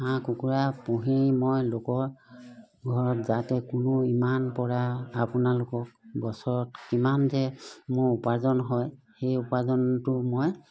হাঁহ কুকুৰা পুহি মই লোকৰ ঘৰত যাতে কোনো ইমান পৰা আপোনালোকক বছৰত কিমান যে মোৰ উপাৰ্জন হয় সেই উপাৰ্জনটো মই